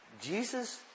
Jesus